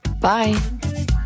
Bye